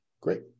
great